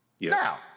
Now